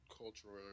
cultural